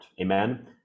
amen